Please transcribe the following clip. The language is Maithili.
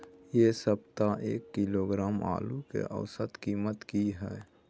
ऐ सप्ताह एक किलोग्राम आलू के औसत कीमत कि हय?